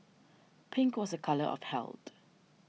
pink was a colour of held